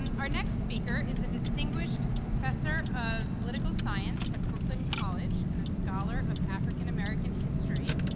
our next speaker is the distinguished professor of political science at brooklyn college and a scholar of african american history.